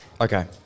Okay